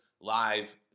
live